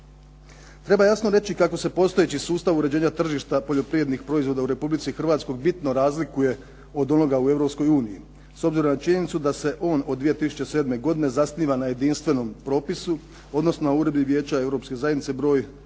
Treba jasno reći kako se postojeći sustav uređenja tržišta poljoprivrednih proizvoda u Republici Hrvatskoj bitno razlikuje od onoga u Europskoj uniji. S obzirom na činjenicu da se on od 2007. godine zasniva na jedinstvenom propisu odnosno na uredbi Vijeća Europske